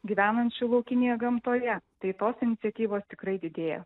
gyvenančių laukinėje gamtoje tai tos iniciatyvos tikrai didėja